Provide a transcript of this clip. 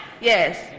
Yes